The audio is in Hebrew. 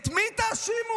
את מי תאשימו?